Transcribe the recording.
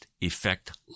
effect